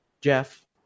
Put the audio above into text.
Jeff